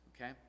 okay